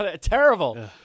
terrible